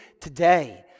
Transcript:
today